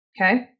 Okay